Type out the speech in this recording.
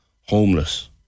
homeless